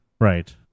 Right